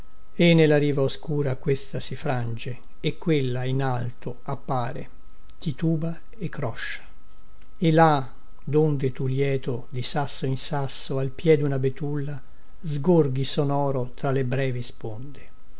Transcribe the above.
e nella riva oscura questa si frange e in quella in alto appare tituba e croscia e là donde tu lieto di sasso in sasso al piè duna betulla sgorghi sonoro tra le brevi sponde